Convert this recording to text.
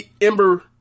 Ember